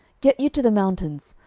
get you to the mountain,